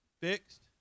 Fixed